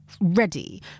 ready